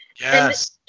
Yes